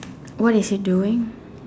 what is he doing